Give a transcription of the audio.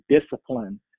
discipline